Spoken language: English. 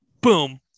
boom